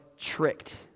tricked